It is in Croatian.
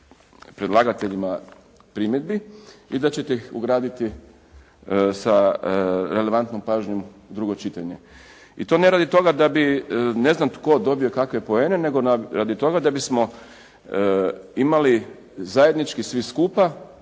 predlagateljima primjedbi i da ćete ih ugraditi sa relevantnom pažnjom u drugo čitanje. I to ne radi toga da bi ne znam tko dobio kakve poene, nego radi toga da bismo imali zajednički svi skupa,